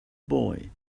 boy